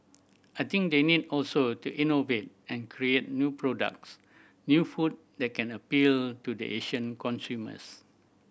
I think they need also to innovate and create new products new food that can appeal to the Asian consumers